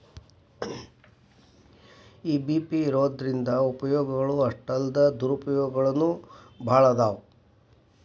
EBP ಇರೊದ್ರಿಂದಾ ಉಪಯೊಗಗಳು ಅಷ್ಟಾಲ್ದ ದುರುಪಯೊಗನೂ ಭಾಳದಾವ್